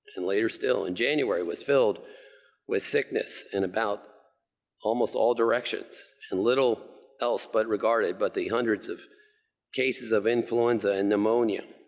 and later still, and january was filled with sickness in about almost all directions and little else but regarded, but the hundreds of cases of influenza and pneumonia,